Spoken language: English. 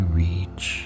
reach